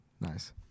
Nice